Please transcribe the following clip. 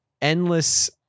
endless